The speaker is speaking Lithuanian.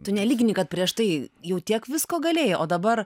tu nelygini kad prieš tai jau tiek visko galėjai o dabar